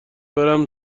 برم